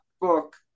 book